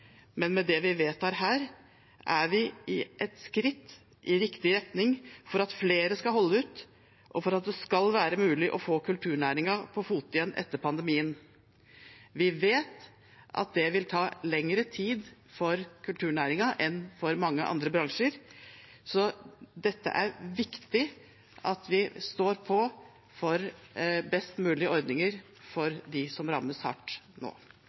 Men med det vi vedtar her, tar vi et skritt i riktig retning for at flere skal holde ut, og for at det skal være mulig å få kulturnæringen på fote igjen etter pandemien. Vi vet at det vil ta lengre tid for kulturnæringen enn for mange andre bransjer, så det er viktig at vi står på for best mulig ordninger for dem som rammes hardt nå.